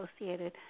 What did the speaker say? associated